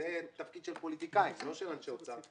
זה תפקיד של פוליטיקאים ולא של אנשי האוצר.